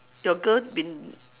your girl been